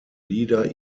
lieder